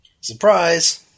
Surprise